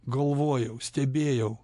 galvojau stebėjau